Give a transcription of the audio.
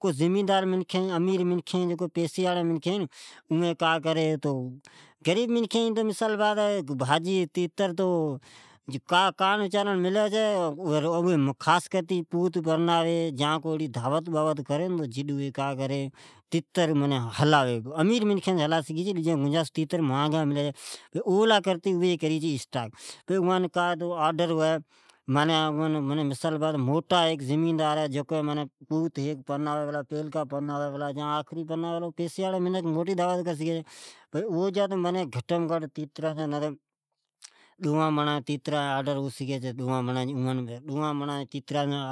کو زمیندار منکھین ھی امیر منکھین ھی اوی میگاوی چھے، باقی ڈجی غریب منکھین ھوی اوین توکان ملی کان کو ملی چھےئترا جی گوشت۔ اوس پچھے تیترا جی گوست امیر لائی ھے آپکےپوتا جی بیا ھوی چھے اوم ھلائی چھے اولی کرتے اوی تیتر اسٹائیک کری چھے، امیر ھی اوی آپکی پیلکی پوت پرناوی پلا یا آخری پوت پرناوی پلا تو اوی تیترا ھلا وی چھے۔ اوی امیر ھوی چھے اوی موٹے پیسی جی پاڑٹی ھوی چھے ، تو جڈ اوی اتری اتری تیتر پالی چھے ، کا تو ایان موٹی آڈر آوی چھی ۔ جیکڈھن کو امیر ڈو مڑجاز بھیڑا آذڈر آوی